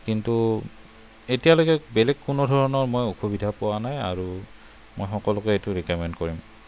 কিন্তু এতিয়ালৈকে বেলেগ কোনো ধৰণৰ মই অসুবিধা পোৱা নাই আৰু মই সকলোকে এইটো ৰিকমেণ্ড কৰিম